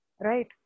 right